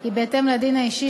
היא בהתאם לדין האישי,